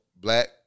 Black